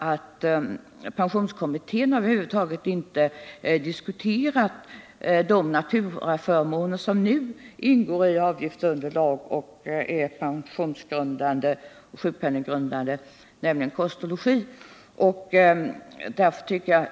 Men pensionskommittén har över huvud taget inte diskuterat de naturaförmåner som nu ingår i avgiftsunderlaget och är pensionsgrundande och sjukpenninggrundande, nämligen kost och logi.